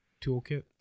toolkit